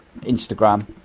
Instagram